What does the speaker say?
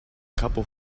couple